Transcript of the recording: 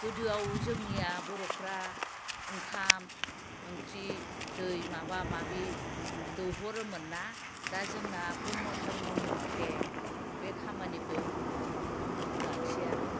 गोदोआव जोंनिया बर'फोरा ओंखाम ओंख्रि दै माबा माबि दौ हरोमोन ना दा जोंनि ब्रह्म धरमनि मथे बे खामानिखौ मावनो होयाखिसै आरो